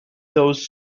those